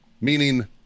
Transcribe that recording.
meaning